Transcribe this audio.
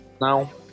now